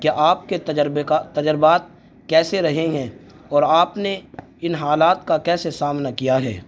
کیا آپ کے تجربے کا تجربات کیسے رہے ہیں اور آپ نے ان حالات کا کیسے سامنا کیا ہے